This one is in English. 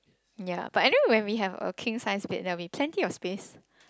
ya but anyway when we have a king size bed there will be plenty of space